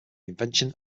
invention